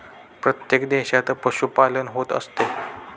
प्रत्येक देशात पशुपालन होत असते